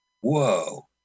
Whoa